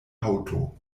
haŭto